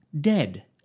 Dead